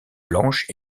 blanches